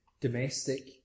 domestic